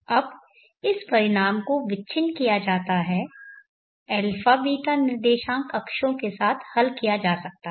अब इस परिणाम को विच्छिन्न किया जा सकता है αβ निर्देशांक अक्षों के साथ हल किया जा सकता है